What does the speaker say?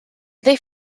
they